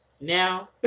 now